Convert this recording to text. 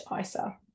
ISA